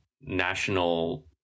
national